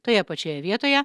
toje pačioje vietoje